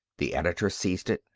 the editor seized it.